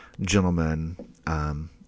gentlemen